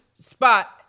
spot